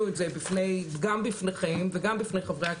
את זה גם בפניכם וגם בפני חברי הכנסת,